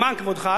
למען כבודך,